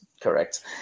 correct